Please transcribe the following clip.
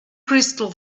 crystal